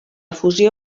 fusió